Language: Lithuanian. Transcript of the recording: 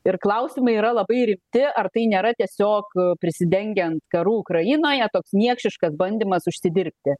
ir klausimai yra labai rimti ar tai nėra tiesiog prisidengiant karu ukrainoje toks niekšiškas bandymas užsidirbti